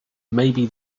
maybe